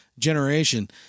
generation